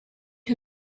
her